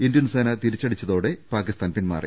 Indian സേന തിരിച്ചടിച്ചതോടെ പാക്കിസ്ഥാൻ പിന്മാറി